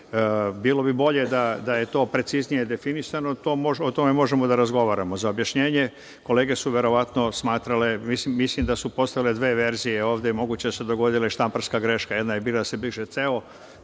Bilo bi bolje da je to preciznije definisano, o tome možemo da razgovaramo.Za objašnjenje kolege su verovatno smatrale, mislim da su postale dve verzije ovde, moguće je da se dogodila i štamparska greška. Jedna je bila da se briše ceo